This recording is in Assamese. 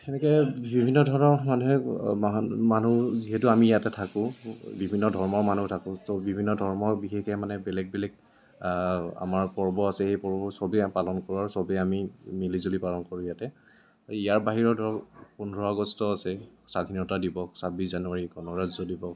সেনেকৈ বিভিন্ন ধৰণৰ মানুহে মানুহ মানুহ যিহেতু আমি ইয়াতে থাকোঁ বিভিন্ন ধৰ্মৰ মানুহ থাকো ত' বিভিন্ন ধৰ্মৰ বিশেষকৈ মানে বেলেগ বেলেগ আমাৰ পৰ্ব আছে সেই পৰ্ববোৰ চবে পালন কৰোঁ আৰু চবে আমি মিলিজুলি পালন কৰোঁ ইয়াতে ইয়াৰ বাহিৰত ধৰক পোন্ধৰ আগষ্ট আছে স্বাধীনতা দিৱস ছাব্বিছ জানুৱাৰী গণৰাজ্য দিৱস